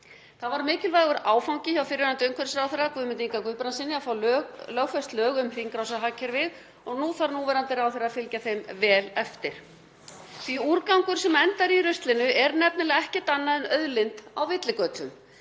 Það var mikilvægur áfangi hjá fyrrverandi umhverfisráðherra, Guðmundi Inga Guðbrandssyni, að fá lögfest lög um hringrásarhagkerfið og nú þarf núverandi ráðherra að fylgja þeim vel eftir því að úrgangur sem endar í ruslinu er nefnilega ekkert annað en auðlind á villigötum.